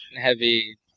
heavy